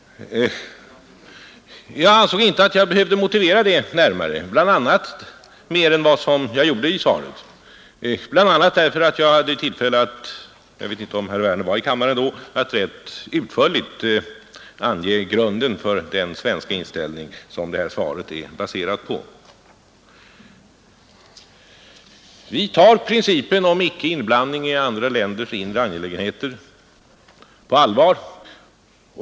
Jag ansåg inte att jag behövde motivera det mer än vad jag gjorde i svaret, bl.a. därför att jag hade tillfälle — men jag vet inte om herr Werner var i kammaren då — att rätt utförligt ange grunden för den svenska inställning som det här svaret är baserat på. Vi tar principen om icke-inblandning i andra länders inre angelägen heter på allvar.